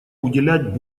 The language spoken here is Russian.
уделять